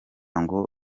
ngo